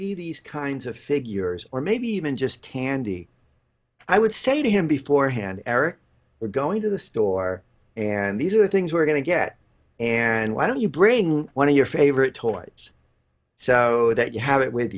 be these kinds of figures or maybe even just candy i would say to him before hand eric we're going to the store and these are the things we're going to get and why don't you bring one of your favorite toys so that you have it with